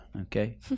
okay